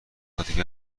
عاطفی